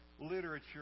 literature